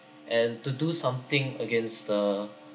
and to do something against the